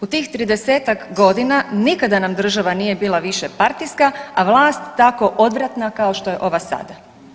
U tih 30-ak godina nikada nam država nije bila više partijska, a vlast tako odvratna kao što je ova sada.